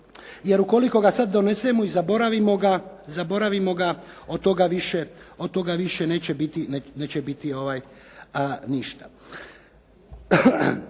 jer ukoliko ga sad donesemo i zaboravimo ga, od toga više neće biti ništa.